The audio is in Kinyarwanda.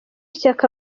shyaka